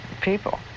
people